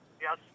Yes